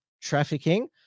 trafficking